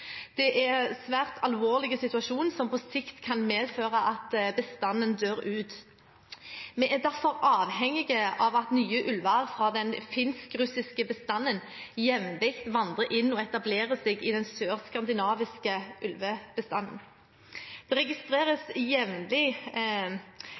Det er en svært alvorlig situasjon som på sikt kan medføre at bestanden dør ut. Vi er derfor avhengig av at nye ulver fra den finsk-russiske bestanden jevnlig vandrer inn og etablerer seg i den sør-skandinaviske ulvebestanden. Det registreres